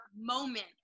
moment